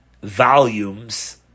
volumes